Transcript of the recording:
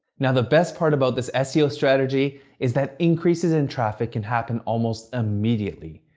now, the best part about this ah seo strategy is that increases in traffic can happen almost immediately,